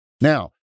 Now